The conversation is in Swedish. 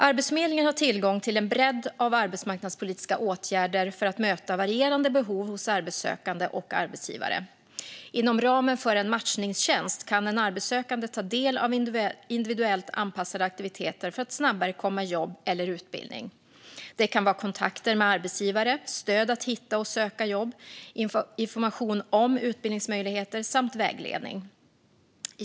Arbetsförmedlingen har tillgång till en bredd av arbetsmarknadspolitiska åtgärder för att möta varierande behov hos arbetssökande och arbetsgivare. Inom ramen för en matchningstjänst kan en arbetssökande ta del av individuellt anpassade aktiviteter för att snabbare komma i jobb eller utbildning. Det kan vara kontakter med arbetsgivare, stöd att hitta och söka jobb, information om utbildningsmöjligheter samt vägledning.